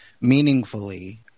meaningfully